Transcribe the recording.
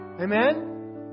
Amen